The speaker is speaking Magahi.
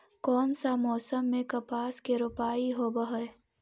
कोन सा मोसम मे कपास के रोपाई होबहय?